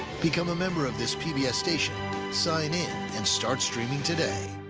become a member of this pbs station sign in and start streaming today